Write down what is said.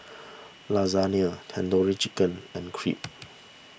Lasagne Tandoori Chicken and Crepe